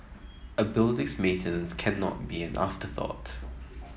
a building's maintenance cannot be an afterthought